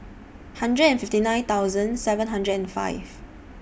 hundred and fifty nine thousand seven hundred and five